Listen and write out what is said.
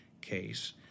case